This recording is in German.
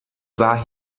war